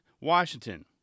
Washington